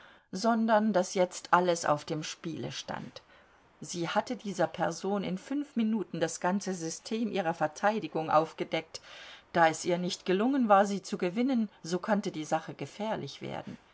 sondern daß jetzt alles auf dem spiele stand sie hatte dieser person in fünf minuten das ganze system ihrer verteidigung aufgedeckt da es ihr nicht gelungen war sie zu gewinnen so konnte die sache gefährlich werden